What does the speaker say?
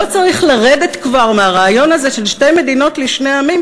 צריך כבר לרדת מהרעיון הזה של שתי מדינות לשני עמים,